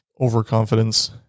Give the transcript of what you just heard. overconfidence